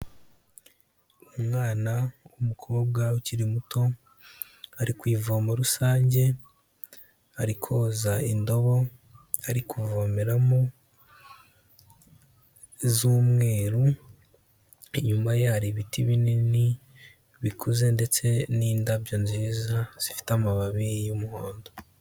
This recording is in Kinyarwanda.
Umwana w'umukobwa ukiri muto, ari ku ivomo rusange ari koza indobo ari kuvomeramo z'umweru, inyuma ye hari ibiti binini bikuze ndetse n'indabyo nziza zifite amababi y'umuhondo.